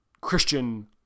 Christian